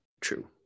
true